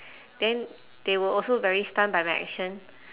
then they were also very stunned by my action